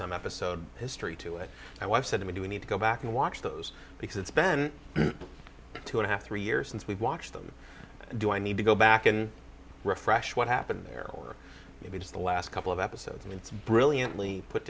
some episode history to it and i've said we need to go back and watch those because it's been two and a half three years since we've watched them do i need to go back in refresh what happened there or maybe just the last couple of episodes and it's brilliantly put